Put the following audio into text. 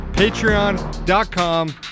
Patreon.com